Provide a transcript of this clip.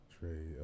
Trey